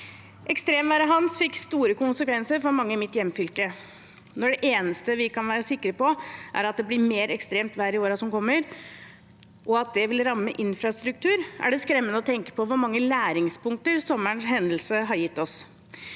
Ekstremværet «Hans» fikk store konsekvenser for mange i mitt hjemfylke. Når det eneste vi kan være sikre på, er at det blir mer ekstremt vær i årene som kommer, og at det vil ramme infrastruktur, er det skremmende å tenke på hvor mange læringspunkter sommerens hendelser har gitt oss.